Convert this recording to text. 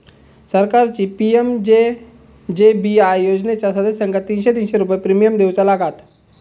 सरकारची पी.एम.जे.जे.बी.आय योजनेच्या सदस्यांका तीनशे तीनशे रुपये प्रिमियम देऊचा लागात